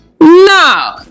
No